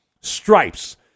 *Stripes*